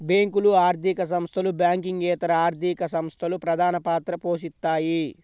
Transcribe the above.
బ్యేంకులు, ఆర్థిక సంస్థలు, బ్యాంకింగేతర ఆర్థిక సంస్థలు ప్రధానపాత్ర పోషిత్తాయి